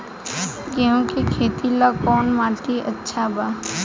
गेहूं के खेती ला कौन माटी अच्छा बा?